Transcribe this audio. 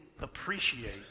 appreciate